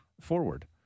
Forward